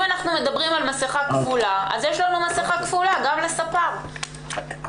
אם אנחנו מדברים על מסכה כפולה, אז גם הספר וגם